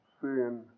sin